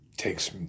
takes